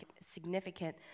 significant